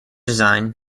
design